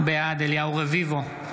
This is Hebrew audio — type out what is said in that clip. בעד אליהו רביבו,